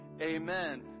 Amen